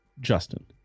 Justin